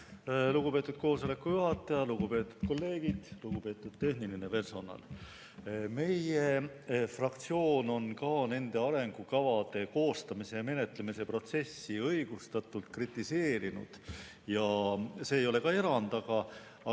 Lugupeetud koosoleku juhataja! Lugupeetud kolleegid! Lugupeetud tehniline personal! Meie fraktsioon on ka nende arengukavade koostamise ja menetlemise protsessi õigustatult kritiseerinud. See arengukava ei ole erand, aga